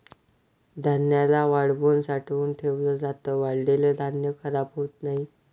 धान्याला वाळवून साठवून ठेवल जात, वाळलेल धान्य खराब होत नाही